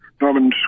Norman